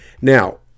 Now